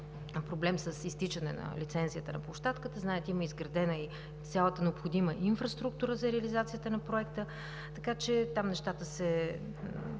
проблем с изтичане на лицензията на площадката. Знаете, има изградена цялата необходима инфраструктура за реализацията на проекта. Там нещата са